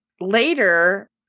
later